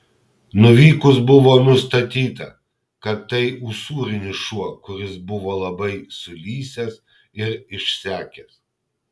nuvykus buvo nustatyta kad tai usūrinis šuo kuris buvo labai sulysęs ir išsekęs